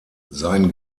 sein